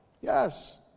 Yes